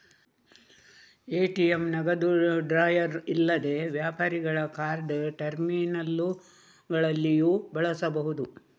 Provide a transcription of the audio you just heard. ATM ನಗದು drawer ಇಲ್ಲದೆ ವ್ಯಾಪಾರಿಗಳ ಕಾರ್ಡ್ ಟರ್ಮಿನಲ್ಲುಗಳಲ್ಲಿಯೂ ಬಳಸಬಹುದು